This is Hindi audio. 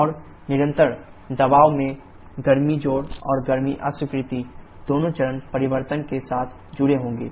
और निरंतर दबाव में गर्मी जोड़ और गर्मी अस्वीकृति दोनों चरण परिवर्तन के साथ जुड़े होंगे